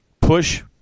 push